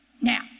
Now